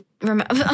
remember